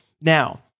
Now